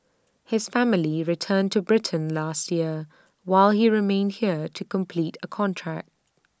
his family returned to Britain last year while he remained here to complete A contract